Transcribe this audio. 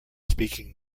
speaking